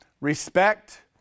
respect